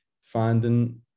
finding